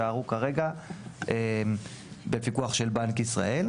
יישארו כרגע בפיקוח של בנק ישראל.